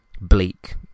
bleak